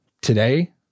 today